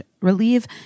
relieve